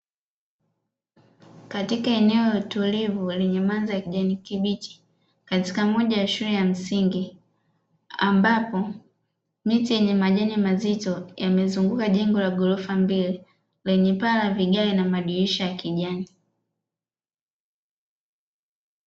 Katika eneo tulivu lenye mandhari ya kijani kibichi katika moja ya shule ya msingi, ambapo miche yenye majani mazito yamezunguka jengo la ghorofa mbili lenye paa la vigae na madirisha ya kijani.